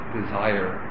desire